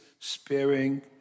sparing